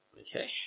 Okay